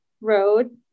road